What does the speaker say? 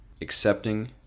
accepting